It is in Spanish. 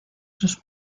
sus